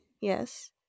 Yes